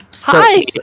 Hi